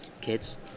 kids